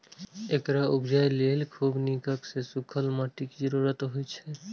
एकरा उपजाबय लेल खूब नीक सं सूखल माटिक जरूरत होइ छै